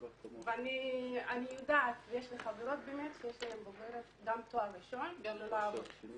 יש לי חברות בוגרות תואר ראשון וגם הן לא עובדות.